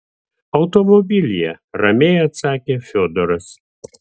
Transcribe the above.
automobilyje ramiai atsakė fiodoras